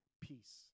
peace